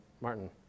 Martin